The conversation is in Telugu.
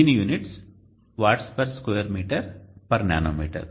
దీని units watts per square metre per nano metre